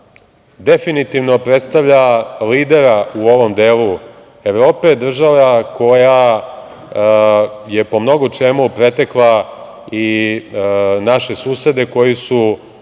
definitivno predstavlja lidera u ovom delu Evrope, država koja je po mnogo čemu pretekla i naše susede koji su,